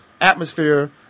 atmosphere